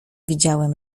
widziałem